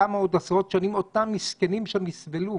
כמה עוד עשרות שנים אותם מסכנים שם יסבלו?